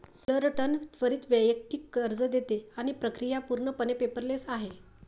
Fullerton त्वरित वैयक्तिक कर्ज देते आणि प्रक्रिया पूर्णपणे पेपरलेस आहे